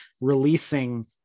releasing